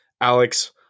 Alex